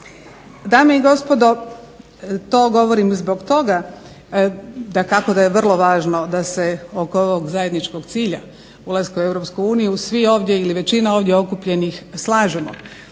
Dame i gospodo, to govorim zbog toga, dakako da je vrlo važno da se oko ovog zajedničkog cilja ulaska u Europsku uniju svi ovdje ili većina ovdje okupljenih slažemo